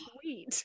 sweet